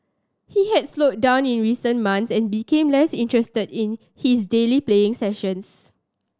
he had slowed down in recent months and became less interested in his daily playing sessions